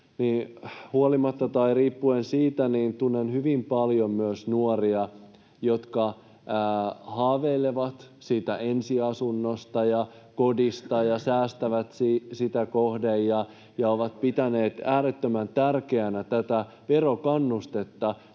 nuoresta iästäni riippuen tunnen hyvin paljon nuoria, jotka haaveilevat siitä ensiasunnosta ja kodista ja säästävät sitä kohden ja ovat pitäneet äärettömän tärkeänä tätä verokannustetta,